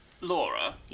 Laura